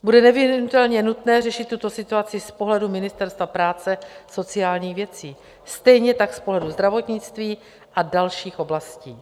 Bude nevyhnutelně nutné řešit tuto situaci z pohledu Ministerstva práce a sociálních věcí, stejně tak z pohledu zdravotnictví a dalších oblastí.